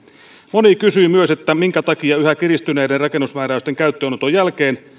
moni kysyy myös minkä takia yhä kiristyneiden rakennusmääräysten käyttöönoton jälkeen